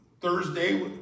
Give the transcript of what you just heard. Thursday